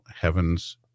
heaven's